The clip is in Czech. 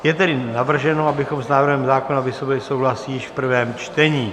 Je tedy navrženo, aby s návrhem zákona vyslovili souhlas již v prvém čtení.